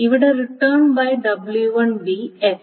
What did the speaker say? ഇവിടെ return by w1 S